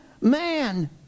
man